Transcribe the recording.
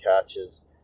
catches